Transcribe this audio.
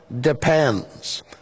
depends